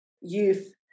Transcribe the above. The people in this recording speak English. youth